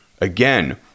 Again